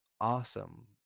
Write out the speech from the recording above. awesome